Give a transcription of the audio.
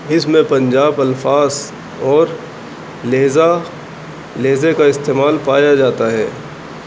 اس میں پنجاب الفاظ اور لہجہ لہجے کا استعمال پایا جاتا ہے